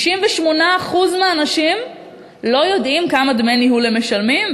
68% מהאנשים לא יודעים כמה דמי ניהול הם משלמים,